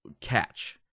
catch